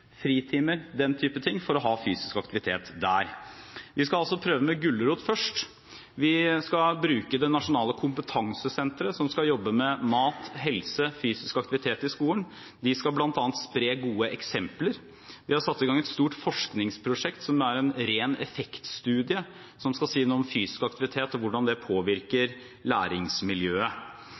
fritimer og den type ting for å ha fysisk aktivitet der. Vi skal altså prøve med gulrot først. Vi skal bruke det nasjonale kompetansesenteret, som skal jobbe med mat, helse og fysisk aktivitet i skolen. De skal bl.a. spre gode eksempler. Vi har satt i gang et stort forskningsprosjekt som er en ren effektstudie, som skal si noe om fysisk aktivitet og hvordan det påvirker læringsmiljøet.